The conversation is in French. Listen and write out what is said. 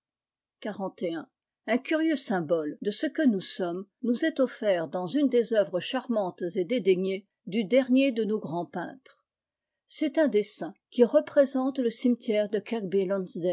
un curieux symbole de ce que nous sommes nous est offert dans une des œuvres charmantes et dédaignées du dernier de nos grands peintres t c'est un dessin qui représente le cimetière de